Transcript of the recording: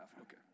Okay